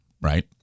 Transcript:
right